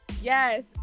Yes